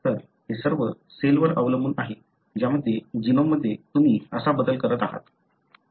तर हे सर्व सेलवर अवलंबून आहे ज्यामध्ये जीनोममध्ये तुम्ही असा बदल करत आहात